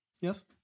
Yes